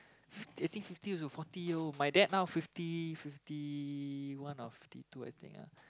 fif~ I think fifty to forty year old my dad now fifty fifty one or fifty two I think ah